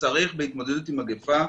בהתמודדות עם מגפה,